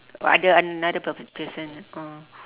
oh ada another per~ person oh